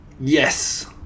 Yes